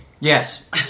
Yes